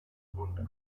grund